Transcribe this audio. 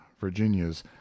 virginia's